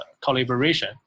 collaboration